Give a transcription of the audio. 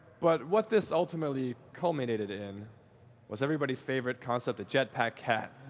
but what this ultimately culminated in was everybody's favorite concept, a jetpack cat.